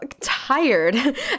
tired